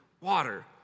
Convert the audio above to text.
water